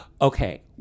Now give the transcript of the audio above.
Okay